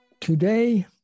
Today